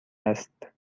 است